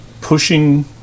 Pushing